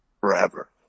forever